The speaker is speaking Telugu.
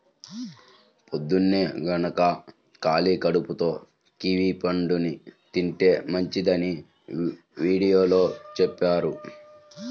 పొద్దన్నే గనక ఖాళీ కడుపుతో కివీ పండుని తింటే మంచిదని వీడియోలో చెప్పారు